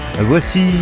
voici